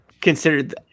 considered